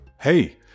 Hey